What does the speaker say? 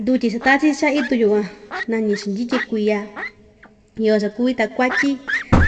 ndyutyi cha tachi‑chi cha'a itu yukuan nañichi ndyityi kuiya iyo cha‑kuvi takuatyi